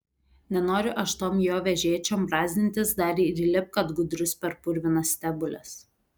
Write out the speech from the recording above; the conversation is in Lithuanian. nenoriu aš tom jo vežėčiom brazdintis dar ir įlipk kad gudrus per purvinas stebules